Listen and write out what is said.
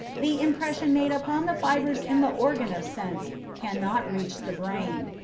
the impression made upon the fibres in the organ of sense cannot reach the brain.